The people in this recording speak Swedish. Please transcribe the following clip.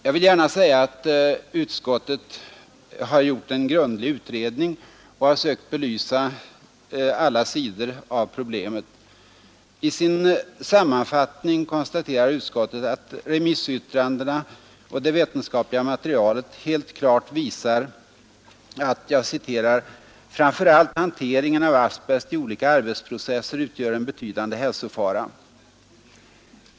Jag vill gärna säga att utskottet har gjort en grundlig utredning och har sökt belysa alla sidor av problemet. I sin sammanfattning konstaterar utskottet att remissyttrandena och det vetenskapliga materialet helt klart visar ”att framför allt hanteringen av asbest i olika arbetsprocesser utgör en betydande hälsofara”.